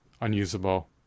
unusable